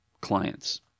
clients